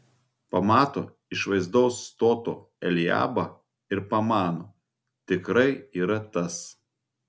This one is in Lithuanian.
pamato išvaizdaus stoto eliabą ir pamano tikrai yra tas